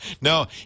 No